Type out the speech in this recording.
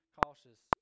cautious